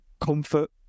comfort